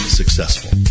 successful